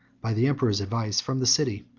by the emperor's advice, from the city,